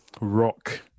Rock